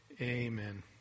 Amen